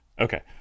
okay